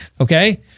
okay